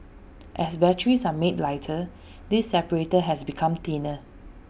as batteries are made lighter this separator has become thinner